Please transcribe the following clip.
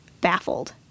baffled